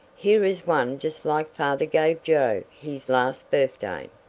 here is one just like father gave joe his last birthday.